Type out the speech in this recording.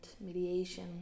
mediation